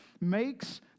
makes